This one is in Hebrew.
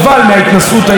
של מפלגת העבודה,